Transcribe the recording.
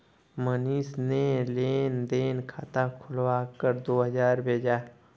मनीषा ने लेन देन खाता खोलकर दो हजार भेजा